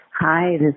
Hi